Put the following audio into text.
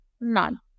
None